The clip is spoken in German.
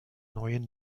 neuen